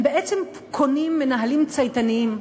הם בעצם קונים מנהלים צייתנים,